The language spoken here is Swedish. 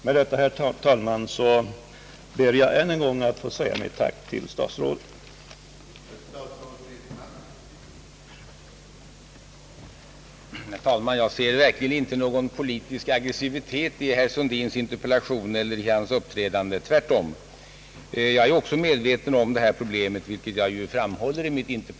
Med detta, herr talman, ber jag än en gång att få framföra mitt tack till herr statsrådet för svaret på min interpellation.